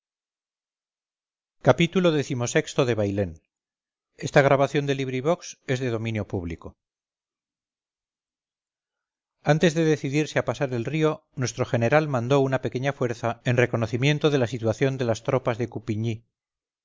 xxvi xxvii xxviii xxix xxx xxxi xxxii bailén de benito pérez galdós antes de decidirse a pasar el río nuestro general mandó una pequeña fuerza en reconocimiento de la situación de las tropas de